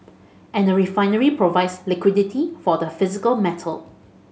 and a refinery provides liquidity for the physical metal